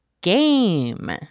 GAME